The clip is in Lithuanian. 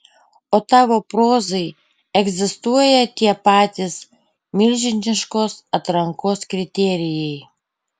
o tavo prozai egzistuoja tie patys milžiniškos atrankos kriterijai